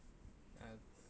uh